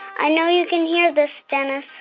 i know you can hear this, dennis.